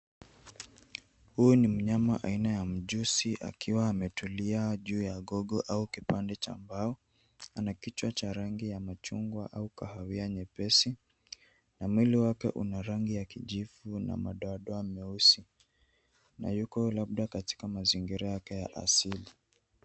Huu ni mnyama aina ya mjusi akiwa ametulia juu ya gogo au kipande cha mbao. Ana kichwa cha rangi ya machungwa au kahawia nyepesi na mwili wake una rangi ya kijivu na madoadoa meusi na yuko labda katika mazingira yake ya asili.